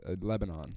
Lebanon